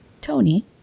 Tony